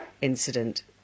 incident